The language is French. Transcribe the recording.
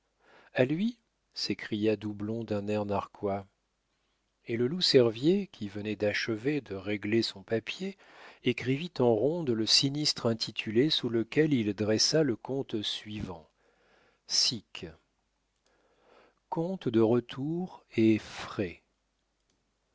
a lui s'écria doublon d'un air narquois et le loup-cervier qui venait d'achever de régler son papier écrivit en ronde le sinistre intitulé sous lequel il dressa le compte suivant sic compte de retour et frais